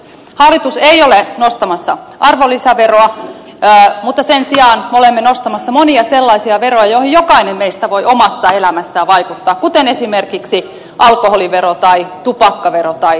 hallitus ei ole nostamassa arvonlisäveroa mutta sen sijaan me olemme nostamassa monia sellaisia veroja joihin jokainen meistä voi omassa elämässään vaikuttaa kuten esimerkiksi alkoholiveroon tai tupakkaveroon tai makeisveroon